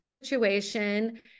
situation